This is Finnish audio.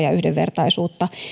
ja yhdenvertaisuutta